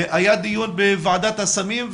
היה דיון בוועדת הסמים.